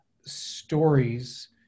stories